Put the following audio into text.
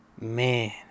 Man